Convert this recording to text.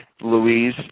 Louise